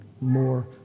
more